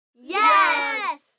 Yes